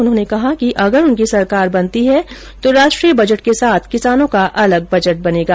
उन्होंने कहा कि अगर उनकी सरकार बनती है तो राष्ट्रीय बजट के साथ किसानों का अलग बजट बनेगा